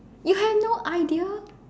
you have no idea